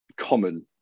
common